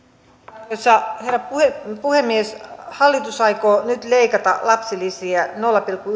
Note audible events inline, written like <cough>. arvoisa herra puhemies hallitus aikoo nyt leikata lapsilisiä nolla pilkku <unintelligible>